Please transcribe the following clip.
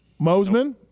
Moseman